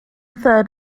third